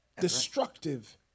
Destructive